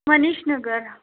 Manish Nagar